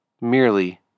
merely